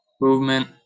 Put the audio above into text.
movement